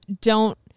don't-